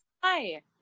Hi